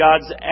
God's